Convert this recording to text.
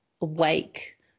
awake